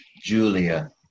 Julia